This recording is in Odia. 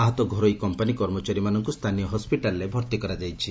ଆହତ ଘରୋଇ କମ୍ପାନୀ କର୍ମଚାରୀମାନଙ୍କୁ ସ୍ଥାନୀୟ ହସ୍ୱିଟାଲ୍ରେ ଭର୍ତି କରାଯାଇଛି